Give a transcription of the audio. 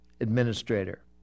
administrator